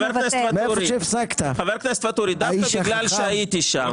דווקא בגלל שהייתי שם,